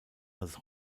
als